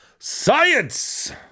Science